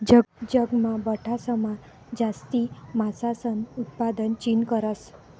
जगमा बठासमा जास्ती मासासनं उतपादन चीन करस